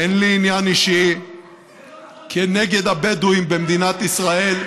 אין לי עניין אישי נגד הבדואים במדינת ישראל,